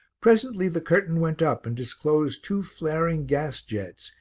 presently the curtain went up and disclosed two flaring gas-jets,